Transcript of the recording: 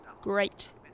Great